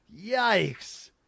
Yikes